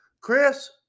Chris